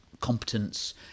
competence